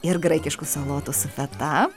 ir graikiškų salotų su feta